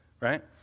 right